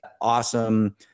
awesome